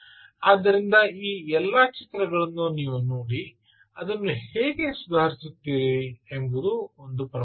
ಆದ್ದರಿಂದ ಈ ಎಲ್ಲಾ ಚಿತ್ರಗಳನ್ನು ನೀವು ನೋಡಿ ಅದನ್ನು ಹೇಗೆ ಸುಧಾರಿಸುತ್ತೀರಿ ಎಂಬುದು ಪ್ರಮುಖ ಅಂಶ